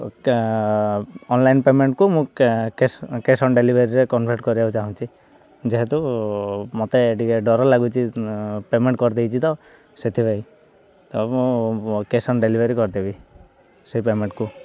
online ପେମେଣ୍ଟ୍କୁ ମୁଁ cash on ଡେଲିଭରିରେ କନଭର୍ଟ କରିବାକୁ ଚାହୁଁଛି ଯେହେତୁ ମତେ ଟିକେ ଡର ଲାଗୁଛି ପେମେଣ୍ଟ୍ କରିଦେଇଛି ତ ସେଥିପାଇଁ ତ ମୁଁ କ୍ୟାସ୍ ଅନ୍ ଡେଲିଭରି କରିଦେବି ସେଇ ପେମେଣ୍ଟ୍କୁ